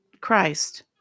Christ